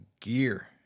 gear